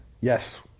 Yes